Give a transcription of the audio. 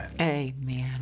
Amen